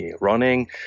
running